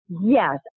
yes